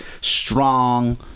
strong